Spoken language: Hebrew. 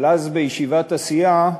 אבל אז בישיבת הסיעה,